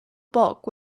bulk